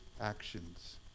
actions